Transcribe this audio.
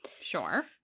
Sure